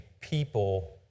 people